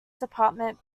department